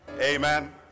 amen